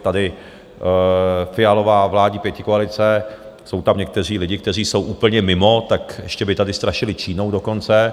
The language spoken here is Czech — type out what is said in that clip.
Tady Fialova vládní pětikoalice jsou tam někteří lidé, kteří jsou úplně mimo, tak ještě by tady strašili Čínou dokonce.